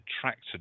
tractor